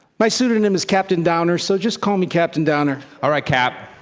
my pseudonym is captain downer, so just call me captain downer. alright, cap!